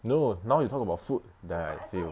no now you talk about food then I feel